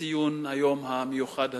לציון היום המיוחד הזה.